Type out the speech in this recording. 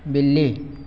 बिल्ली